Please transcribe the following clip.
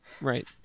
Right